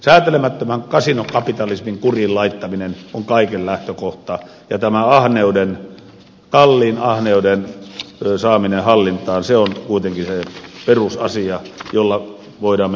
säätelemättömän kasinokapitalismin kuriin laittaminen on kaiken lähtökohta ja tämä kalliin ahneuden saaminen hallintaan on kuitenkin se perusasia jolla voidaan mennä eteenpäin